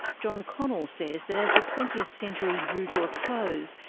john connell says that as the twentieth century drew to a close,